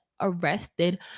arrested